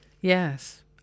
Yes